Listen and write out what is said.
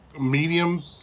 medium